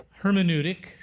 hermeneutic